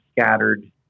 scattered